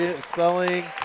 spelling